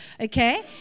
Okay